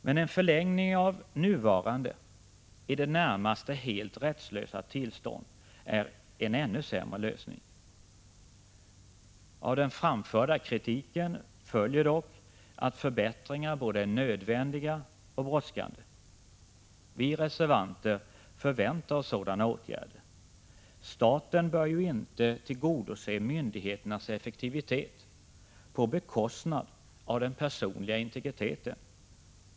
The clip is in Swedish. Men en förlängning av nuvarande, i det närmaste helt ”rättslösa” tillstånd är en ännu sämre lösning. Av den framförda kritiken följer dock att förbättringar både är nödvändiga och brådskande. Vi reservanter förväntar oss sådana åtgärder. Staten bör inte tillgodose myndigheternas effektivitet på bekostnad av den personliga integriteten.